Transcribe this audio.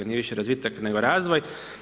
Nije više razvitak, nego razvoj.